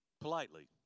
politely